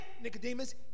Nicodemus